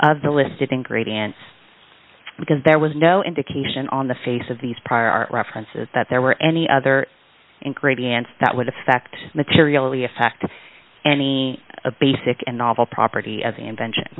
of the listed ingredients because there was no indication on the face of these prior art references that there were any other ingredients that would affect materially affect any a basic and novel property of the invention